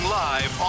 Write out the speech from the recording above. live